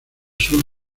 sur